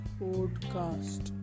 podcast